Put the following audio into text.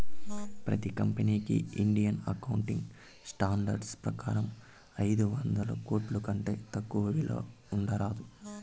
ప్రతి కంపెనీకి Indian accounting standards ప్రకారం ఐదొందల కోట్ల కంటే తక్కువ విలువ ఉండరాదు